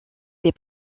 des